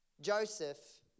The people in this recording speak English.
Joseph